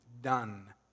done